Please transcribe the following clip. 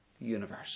universe